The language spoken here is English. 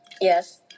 Yes